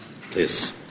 please